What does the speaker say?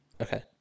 Okay